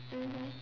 mmhmm